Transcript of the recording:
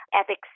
ethics